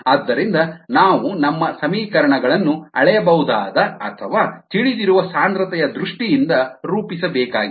ಆದ್ದರಿಂದ ನಾವು ನಮ್ಮ ಸಮೀಕರಣಗಳನ್ನು ಅಳೆಯಬಹುದಾದ ಅಥವಾ ತಿಳಿದಿರುವ ಸಾಂದ್ರತೆಯ ದೃಷ್ಟಿಯಿಂದ ರೂಪಿಸಬೇಕಾಗಿದೆ